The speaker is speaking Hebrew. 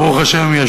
ברוך השם,